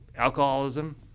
alcoholism